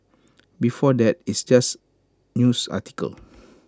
before that it's just news articles